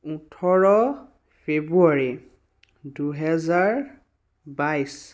ওঠৰ ফেব্ৰুৱাৰী দুহেজাৰ বাইছ